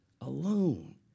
alone